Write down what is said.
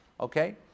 Okay